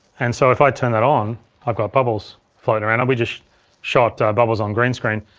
and so if i turn that on i've got bubbles floating around, and we just shot bubbles on green screen.